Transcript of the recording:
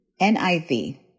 NIV